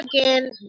again